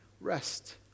rest